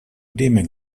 время